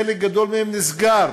חלק גדול מהן נסגר